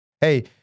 Hey